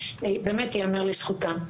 באמת ייאמר לזכותם.